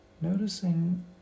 Noticing